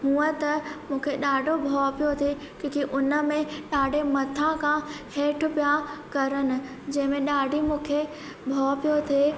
हूअं त मूंखे ॾाढो भओ पियो थे क्यूकी उन में ॾाढी मथां खां हेठि पिया कनि जंहिंमें ॾाढी मूंखे भओ पियो थिए